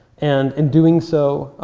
and in doing so,